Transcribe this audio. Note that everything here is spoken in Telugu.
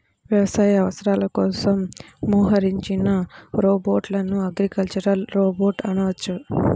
వ్యవసాయ అవసరాల కోసం మోహరించిన రోబోట్లను అగ్రికల్చరల్ రోబోట్ అనవచ్చు